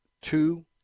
two